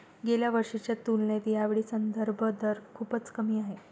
गेल्या वर्षीच्या तुलनेत यावेळी संदर्भ दर खूपच कमी आहे